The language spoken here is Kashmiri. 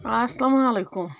السلام علیکُم